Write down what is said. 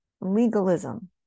legalism